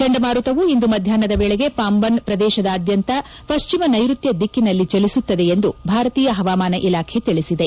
ಚಂಡಮಾರುತವು ಇಂದು ಮಧ್ಯಾಹ್ನದ ವೇಳೆಗೆ ಪಂಬನ್ ಪ್ರದೇಶಾದ್ವಾದಂತ ಪಶ್ಚಿಮ ನೈಋತ್ತ ದಿಕ್ಕಿನಲ್ಲಿ ಚಲಿಸುತ್ತದೆ ಎಂದು ಭಾರತೀಯ ಹವಾಮಾನ ಇಲಾಖೆ ತಿಳಿಸಿದೆ